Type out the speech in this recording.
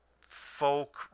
folk